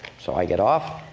so i get off,